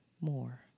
more